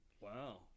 wow